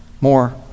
more